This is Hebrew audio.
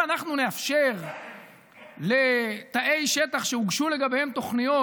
אם אנחנו נאפשר לתאי שטח שהוגשו לגביהם תוכניות